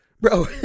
Bro